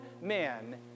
man